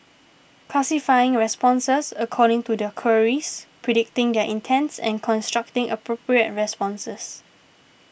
classifying responses according to their queries predicting their intents and constructing appropriate responses